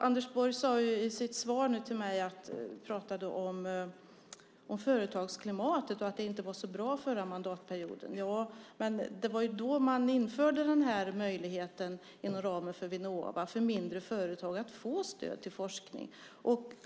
Anders Borg pratade i sitt svar till mig nu om företagsklimatet och att det inte var så bra förra mandatperioden. Ja, men det var då man införde möjligheten inom ramen för Vinnova för mindre företag att få stöd till forskning.